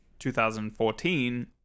2014